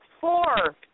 four